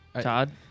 Todd